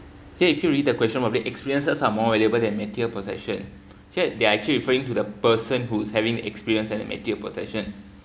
ac~ if you read the question properly experiences are more valuable than material possession yet they're actually referring to the person who's having experienced a material possession